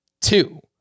two